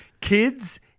Kids